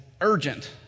urgent